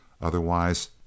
Otherwise